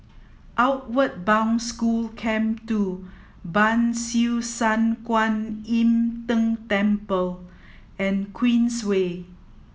Outward Bound School Camp Two Ban Siew San Kuan Im Tng Temple and Queensway